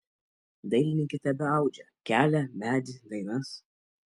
dailininkė tebeaudžia kelią medį dainas